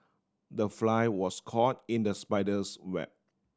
the fly was caught in the spider's web